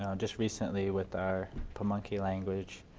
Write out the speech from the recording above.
um just recently with our pamunkey language.